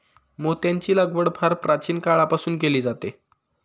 मोत्यांची लागवड फार प्राचीन काळापासून केली जाते